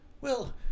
Well